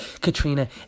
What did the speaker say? katrina